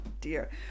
dear